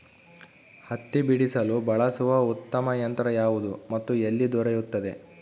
ಹತ್ತಿ ಬಿಡಿಸಲು ಬಳಸುವ ಉತ್ತಮ ಯಂತ್ರ ಯಾವುದು ಮತ್ತು ಎಲ್ಲಿ ದೊರೆಯುತ್ತದೆ?